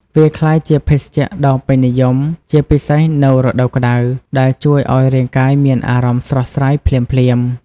វាក្លាយជាភេសជ្ជៈដ៏ពេញនិយមជាពិសេសនៅរដូវក្តៅ ដែលជួយឲ្យរាងកាយមានអារម្មណ៍ស្រស់ស្រាយភ្លាមៗ។